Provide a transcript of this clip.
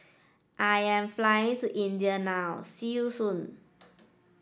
I am flying to India now see you soon